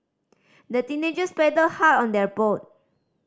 the teenagers paddled hard on their boat